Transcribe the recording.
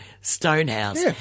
Stonehouse